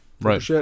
right